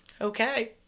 Okay